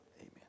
Amen